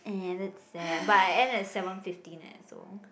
and that's sad but I end at seven fifteen leh so